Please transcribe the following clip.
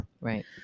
Right